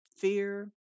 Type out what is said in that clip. fear